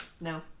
No